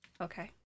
Okay